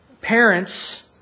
parents